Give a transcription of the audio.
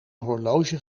horloge